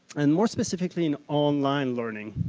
and more specifically in online learning.